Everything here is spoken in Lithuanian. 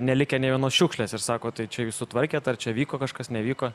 nelikę nė vienos šiukšlės ir sako tai čia jūs sutvarkėt ar čia vyko kažkas nevyko